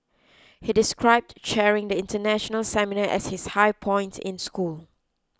he described chairing the international seminar as his high point in school